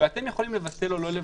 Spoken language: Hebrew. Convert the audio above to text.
ואתם יכולים לבטל או לא לבטל.